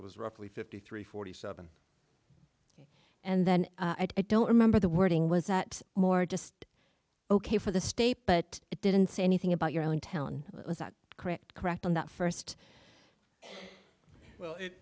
it was roughly fifty three forty seven and then i don't remember the wording was that more just ok for the state but it didn't say anything about your own town is that correct correct on that first well it